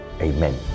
Amen